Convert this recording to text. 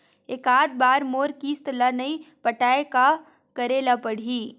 एकात बार मोर किस्त ला नई पटाय का करे ला पड़ही?